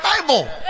Bible